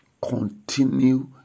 continue